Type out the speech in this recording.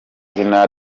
izina